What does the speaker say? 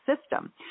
system